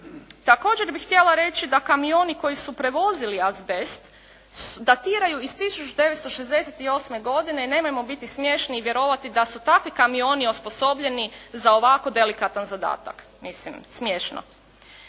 Također bih htjela reći da kamioni koji su prevozili azbest datiraju iz 1968. godine i nemojmo biti smiješni i vjerovati da su takvi kamini osposobljeni za ovako delikatan zadatak. Mislim smiješno!